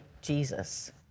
Jesus